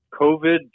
COVID